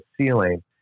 ceiling